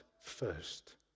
first